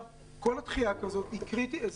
כל דחייה כזאת היא קריטית,